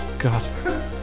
God